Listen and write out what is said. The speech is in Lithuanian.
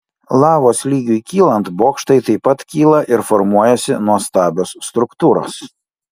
lavos lygiui kylant bokštai taip pat kyla ir formuojasi nuostabios struktūros